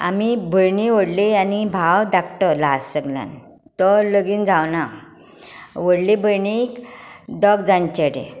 आमी भयणी व्हडली आनी भाव धाकटो लास्ट सगल्यान तो लगीन जावंकना व्हडले भयणीक दोग जाण चेडे